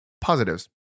positives